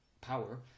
power